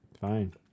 Fine